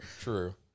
True